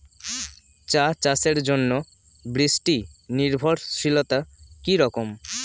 চা চাষের জন্য বৃষ্টি নির্ভরশীলতা কী রকম?